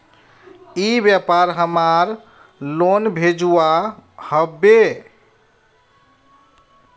ई व्यापार हमार लोन भेजुआ हभे?